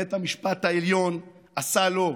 שבית המשפט העליון עשה לו,